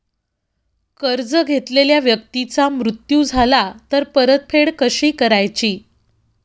कर्ज घेतलेल्या व्यक्तीचा मृत्यू झाला तर परतफेड कशी करायची?